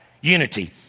unity